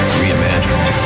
reimagined